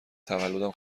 تولدم